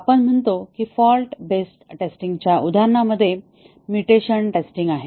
आपण म्हणतो कि फॉल्ट बेस्ड टेस्टिंगच्या उदाहरणामध्ये मुटेशन टेस्टिंग आहे